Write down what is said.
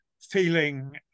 feeling